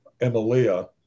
Emilia